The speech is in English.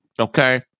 okay